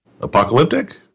Apocalyptic